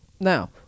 Now